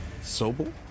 Sobel